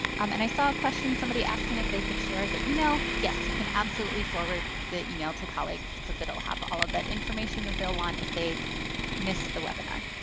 and i saw a question somebody asking if they could share the email. yes you can absolutely forward the email to colleagues because it'll have all of that information that they'll want if they missed the webinar.